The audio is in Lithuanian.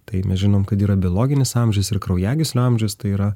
tai mes žinom kad yra biologinis amžius ir kraujagyslių amžius tai yra